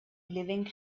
living